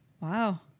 Wow